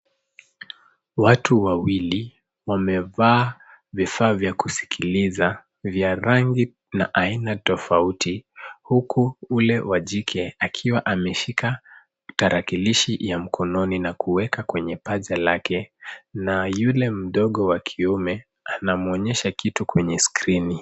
Watu wawili wamevaa vifaa vya kusikiliza vya rangi na aina tofauti, huku ule wa jike akiwa ameshika tarakilishi ya mkononi na kuweka kwenye paja lake na yule mdogo wa kiume anamuonesha kitu kwenye skrini.